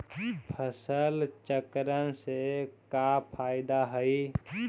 फसल चक्रण से का फ़ायदा हई?